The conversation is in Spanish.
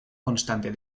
constante